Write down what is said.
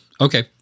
Okay